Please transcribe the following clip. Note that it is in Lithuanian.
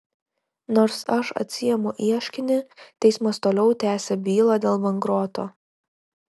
nors aš atsiimu ieškinį teismas toliau tęsia bylą dėl bankroto